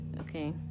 Okay